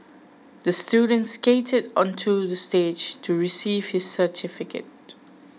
the student skated onto the stage to receive his certificate